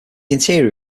interior